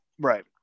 Right